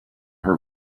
her